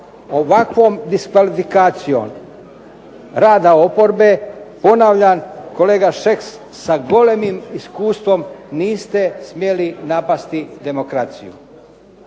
Ovakvom diskvalifikacijom rada oporbe ponavljam kolega Šeks sa golemim iskustvom niste smjeli napasti demokraciju.